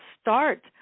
start